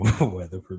weather